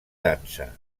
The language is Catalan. dansa